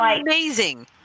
amazing